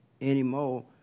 anymore